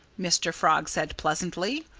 mr. frog said pleasantly.